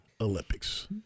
Olympics